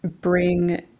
bring